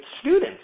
students